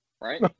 right